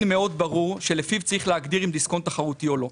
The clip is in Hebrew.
מאוד ברור שלפיו צריך להגדיר אם דיסקונט תחרותי או לא.